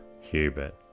Hubert